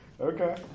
Okay